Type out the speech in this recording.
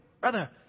brother